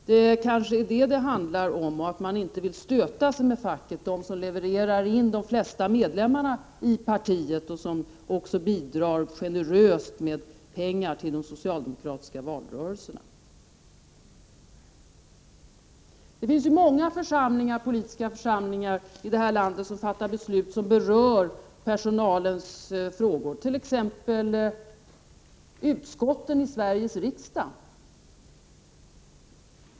Det handlar kanske om att man inte vill stöta sig med facket, som ju levererar de flesta medlemmarna i partiet och som också bidrar generöst med pengar till de socialdemokratiska valrörelserna, Det finns många politiska församlingar i vårt land som fattar beslut som berör personalens arbetsorganisation, t.ex. utskotten i Sveriges riksdag.